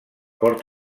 port